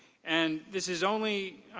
and this is only,